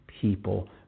people